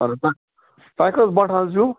اَدٕ تۄہہِ تۄہہِ کٔژ بَٹھٕ حظ چھُو